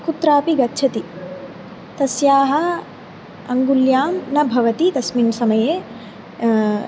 कुत्रापि गच्छति तस्याः अङ्गुल्यां न भवति तस्मिन् समये